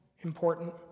important